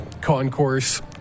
concourse